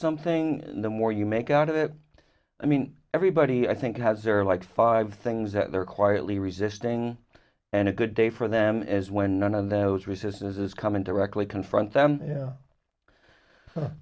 something the more you make out of it i mean everybody i think has or like five things that they're quietly resisting and a good day for them is when one of those recesses is coming directly confront them y